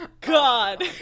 God